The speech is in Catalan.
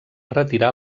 retirar